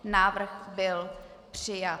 Návrh byl přijat.